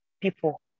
people